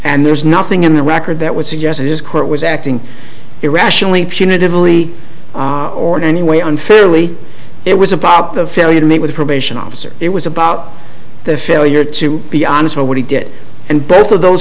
and there's nothing in the record that would suggest this court was acting irrationally punitively or in any way unfairly it was about the failure to meet with a probation officer it was about the failure to be honest about what he did and both of those